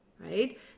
right